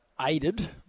aided